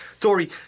Dory